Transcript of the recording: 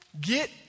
get